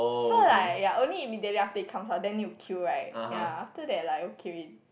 so like ya only immediately after he comes out then you will queue right ya after that like okay wait